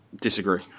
disagree